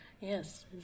Yes